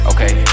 Okay